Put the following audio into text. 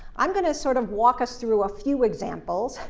i'm going to sort of walk us through a few examples.